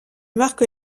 marque